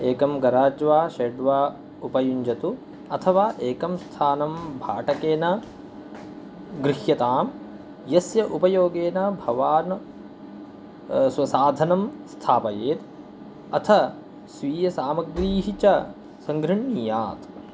एकं गराज् वा षट् वा उपयुञ्जतु अथवा एकं स्थानं भाटकेन गृह्यताम् यस्य उपयोगेन भवान् स्वसाधनं स्थापयेत् अथ स्वीयसामग्रीः च सङ्गृह्णीयात्